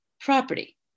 property